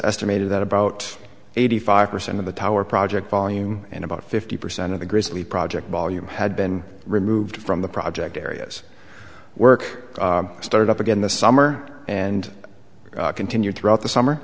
estimated that about eighty five percent of the tower project volume and about fifty percent of the grizzly project volume had been removed from the project areas work started up again this summer and continued throughout the summer